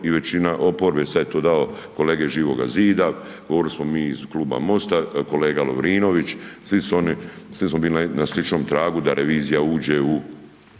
i većina oporbe, sad je to dao kolega iz Živoga zida, govorili smo mi iz Kluba MOST-a, kolega Lovrinović, svi su oni, svi smo bili na sličnom tragu da revizija uđe u